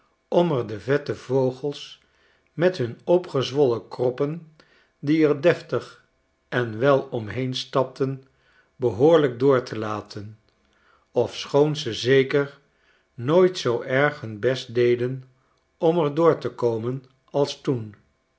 er de vette vogels met hun opgezwollen kroppen die er deftig en wel omheen stapten behoorlijk door te laten ofschoon ze zeker nooit zoo erg hun best deden om er door te komen als toen